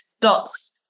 dots